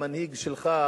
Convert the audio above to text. המנהיג שלך,